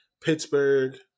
pittsburgh